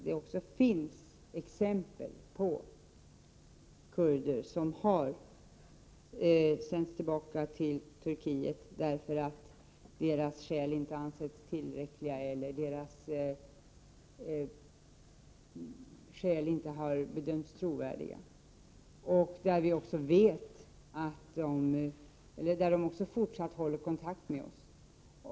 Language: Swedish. Det finns nämligen exempel på kurder som har sänts tillbaka till Turkiet, därför att deras skäl inte har ansetts vara tillräckliga eller därför att deras skäl inte har bedömts trovärdiga. Dessa kurder håller fortfarande kontakt med oss.